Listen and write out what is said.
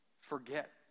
forget